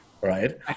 Right